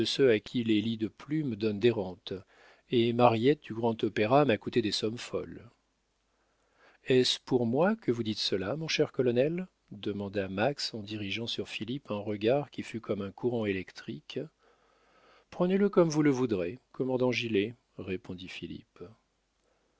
à qui les lits de plume donnent des rentes et mariette du grand opéra m'a coûté des sommes folles est-ce pour moi que vous dites cela mon cher colonel demanda max en dirigeant sur philippe un regard qui fut comme un courant électrique prenez-le comme vous le voudrez commandant gilet répondit